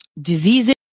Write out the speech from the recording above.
diseases